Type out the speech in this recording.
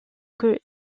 que